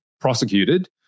prosecuted